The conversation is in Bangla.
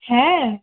হ্যাঁ